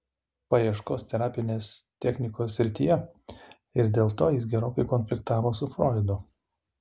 paieškos terapinės technikos srityje ir dėl to jis gerokai konfliktavo su froidu